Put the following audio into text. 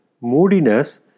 moodiness